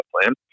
plan